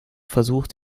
versucht